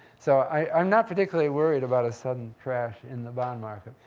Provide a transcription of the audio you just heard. so i'm not particularly worried about a sudden crash in the bond market.